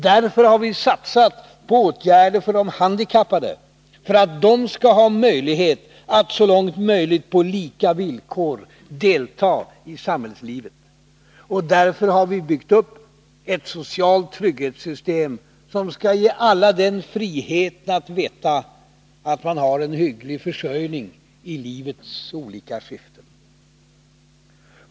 Därför har vi satsat på åtgärder för de handikappade, för att de skall ha möjlighet att så långt det går på lika villkor delta i samhällslivet. Därför har vi byggt upp ett socialt trygghetssystem som skall ge alla den friheten att veta att man har en hygglig försörjning i livets olika skeden.